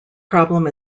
problem